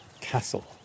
castle